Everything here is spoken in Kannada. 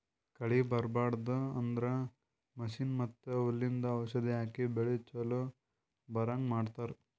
ಕಳಿ ಬರ್ಬಾಡದು ಅಂದ್ರ ಮಷೀನ್ ಮತ್ತ್ ಹುಲ್ಲಿಂದು ಔಷಧ್ ಹಾಕಿ ಬೆಳಿ ಚೊಲೋ ಬರಹಂಗ್ ಮಾಡತ್ತರ್